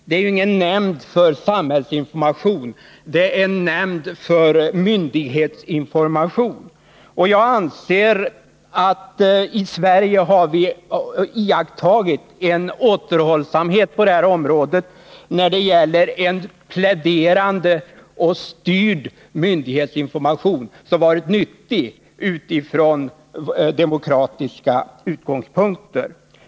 Det är ingen nämnd för samhällsinformation — det är en nämnd för myndighetsinformation. Jag anser att vi i Sverige har iakttagit en återhållsamhet när det gäller en pläderande och styrd myndighetsinformation, som varit nyttig utifrån demokratiska utgångspunkter.